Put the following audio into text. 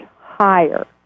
higher